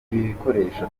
bikoresho